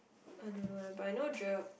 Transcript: I don't know eh but I know